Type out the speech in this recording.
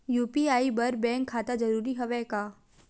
UPI बर bank खाता जरूरी हवय का?